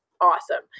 awesome